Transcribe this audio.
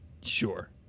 Sure